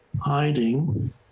hiding